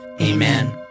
Amen